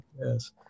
Yes